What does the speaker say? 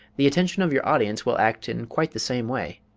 the attention of your audience will act in quite the same way.